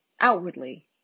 outwardly